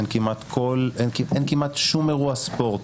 אין כמעט שום אירוע ספורט